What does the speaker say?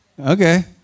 Okay